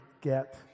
get